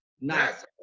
Nice